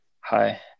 Hi